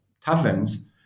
taverns